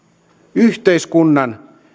yhteiskunnan